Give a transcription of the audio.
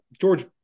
George